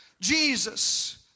Jesus